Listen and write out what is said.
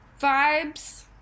vibes